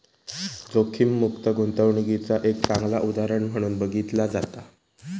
जोखीममुक्त गुंतवणूकीचा एक चांगला उदाहरण म्हणून बघितला जाता